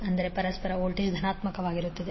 ಅಂದರೆ ಪರಸ್ಪರ ವೋಲ್ಟೇಜ್ ಧನಾತ್ಮಕವಾಗಿರುತ್ತದೆ